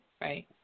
right